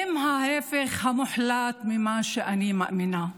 הם ההפך המוחלט ממה שאני מאמינה בו.